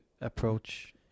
approach